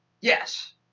Yes